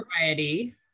variety